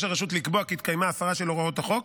הרשות לקבוע כי התקיימה הפרה של הוראות החוק,